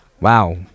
Wow